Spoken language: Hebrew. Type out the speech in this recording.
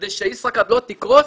כדי שישראכרט לא תקרוס,